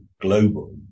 global